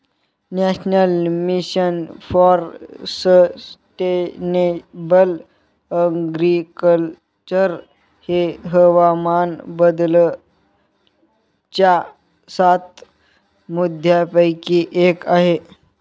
national mission for sustainable agriculture हे हवामान बदलाच्या सात मुद्यांपैकी एक आहे